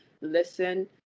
listen